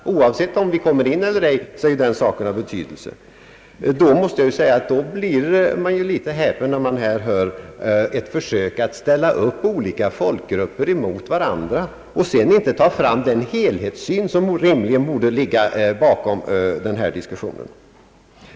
Oavsett om vi kommer in eller ej, är den saken av stor betydelse. Man blir litet häpen över ett försök att ställa upp olika folkgrupper mot varandra och över att det inte presenteras någon helhetssyn, som rimligen borde ligga bakom denna diskussion.